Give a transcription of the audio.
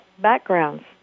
backgrounds